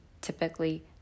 typically